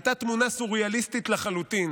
הייתה תמונה סוריאליסטית לחלוטין